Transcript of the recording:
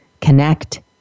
Connect